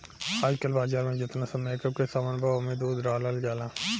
आजकल बाजार में जेतना सब मेकअप के सामान बा ओमे दूध डालल जाला